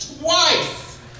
Twice